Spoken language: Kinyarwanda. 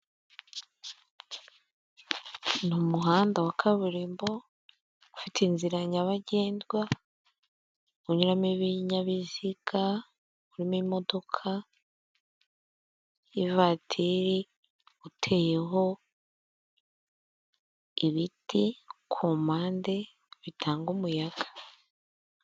Ni umuhanda wa kaburimbo ufite inzira nyabagendwa unyuramo ibinyabiziga urimo imodoka y'ivatiri iteyeho ibiti ku mpande bitanga umuyaga.